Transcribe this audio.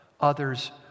others